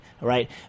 right